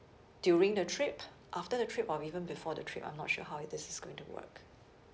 during the trip after the trip or even before the trip I'm not sure how it is is going to work